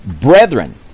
Brethren